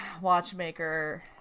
watchmaker